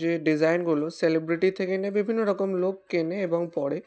যে ডিজাইনগুলো সেলিব্রিটি থেকে নিয়ে বিভিন্ন রকম লোক কেনে এবং পরে